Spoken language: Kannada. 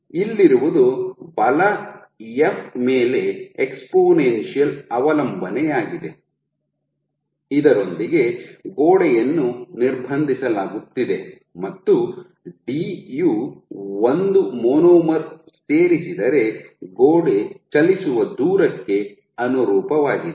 ಇಲ್ಲಿರುವುದು ಬಲ ಎಫ್ ಮೇಲೆ ಎಕ್ಸ್ಪೋನೆನ್ಸಿಯಲ್ ಅವಲಂಬನೆಯಾಗಿದೆ ಇದರೊಂದಿಗೆ ಗೋಡೆಯನ್ನು ನಿರ್ಬಂಧಿಸಲಾಗುತ್ತಿದೆ ಮತ್ತು ಡಿ ಯು ಒಂದು ಮೊನೊಮರ್ ಸೇರಿಸಿದರೆ ಗೋಡೆ ಚಲಿಸುವ ದೂರಕ್ಕೆ ಅನುರೂಪವಾಗಿದೆ